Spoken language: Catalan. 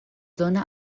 dóna